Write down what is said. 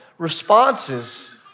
responses